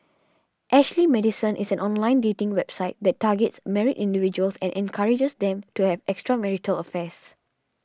Ashley Madison is an online dating website that targets married individuals and encourages them to have extramarital affairs